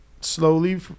slowly